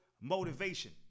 motivation